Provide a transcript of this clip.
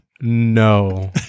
No